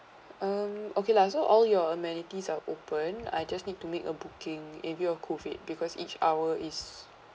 um okay lah so all your amenities are open I just need to make a booking if you're COVID because each hour is